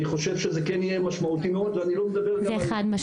אני חושב שזה כן יהיה משמעותי מאוד ואני לא מדבר גם --- חד-משמעית.